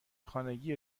خانگی